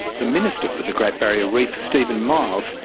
the minister for the great barrier reef, steven miles,